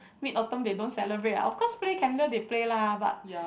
Mid Autumn they don't celebrate ah of course play candle they play lah but